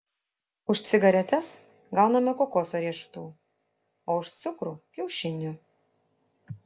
už cigaretes gauname kokoso riešutų o už cukrų kiaušinių